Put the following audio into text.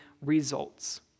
results